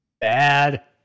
Bad